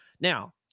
Now